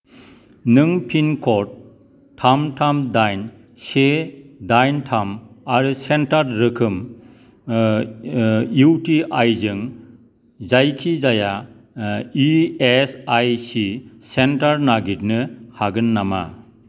नों पिनकड थाम थाम दाइन से दाइन थाम आरो सेन्टार रोखोम इउटिआइ जों जायखिजाया इएसआइसि सेन्टार नागिरनो हागोन नामा